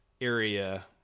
area